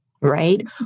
right